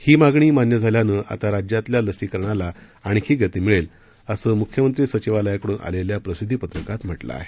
ही मागणी मान्य झाल्यानं आता राज्यातल्या लसीकरणाला आणखी गती मिळेल असं मुख्यंमंत्री सचिवालयाकडून आलेल्या प्रसिद्धिपत्रकात म्हटलं आहे